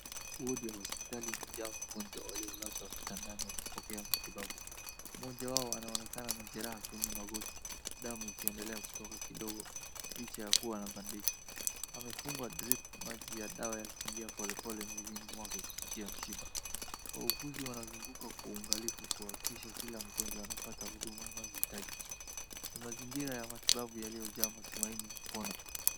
Wadi ya hosipitali imejaa wagonjwa waliolazwa kitandani wakipokea matibabu. Mmoja wao anaonekana ana jeraha kwenye magoti, damu ikiendelea kutoka kidogo licha ya kuwa na bendeji. Amefungwa drip maji ya dawa yakiingia polepole mwilini mwake kwa kupitia mishipa. Wauguzi wanazunguka kwa uangalifu kuhakikisha kila mgojwa anapata huduma anayohitaji. Ni mazingira ya matibabu yaliyojaa matumaini ya kupona.